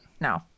no